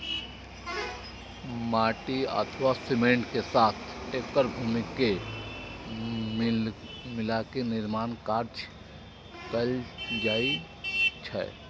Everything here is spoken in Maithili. माटि अथवा सीमेंट के साथ एकर भूसी के मिलाके निर्माण कार्य कैल जाइ छै